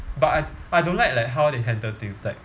but I I don't like like how they handle things like